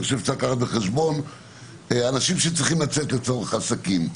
אני חושב שצריך לקחת בחשבון אנשים שצריכים לצאת לצורך עסקים.